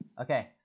okay